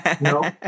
no